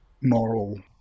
moral